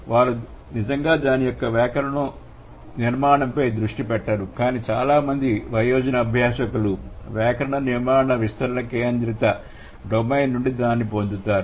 వారు నిజంగా దాని యొక్క వ్యాకరణ నిర్మాణంపై దృష్టి పెట్టరు కాని చాలా మంది వయోజన అభ్యాసకులు వ్యాకరణ నిర్మాణ విస్తరణ కేంద్రిత డొమైన్ నుండి దానిని పొందుతారు